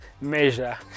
measure